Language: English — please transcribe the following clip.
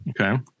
Okay